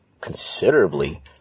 considerably